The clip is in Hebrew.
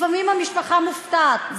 לפעמים המשפחה מופתעת.